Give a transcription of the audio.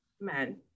men